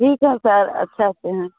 ठीक है सर अच्छे से हैं